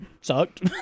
sucked